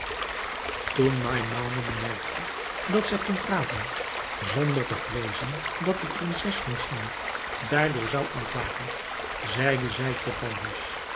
toen maimoune bemerkte dat zij kon praten zonder te vreezen dat de prinses van china daardoor zou ontwaken zeide zij tot